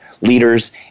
leaders